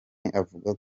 avuga